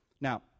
Now